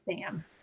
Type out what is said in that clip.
Sam